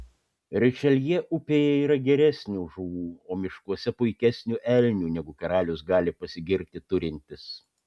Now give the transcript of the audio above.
rišeljė upėje yra geresnių žuvų o miškuose puikesnių elnių negu karalius gali pasigirti turintis